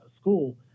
school